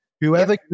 Whoever